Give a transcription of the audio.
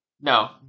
no